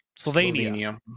Slovenia